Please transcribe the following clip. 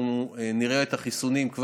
אנחנו נראה את החיסונים,